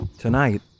Tonight